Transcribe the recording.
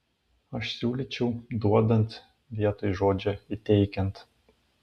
aš siūlyčiau duodant vietoj žodžio įteikiant